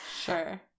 Sure